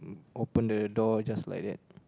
open the door just like that